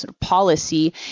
policy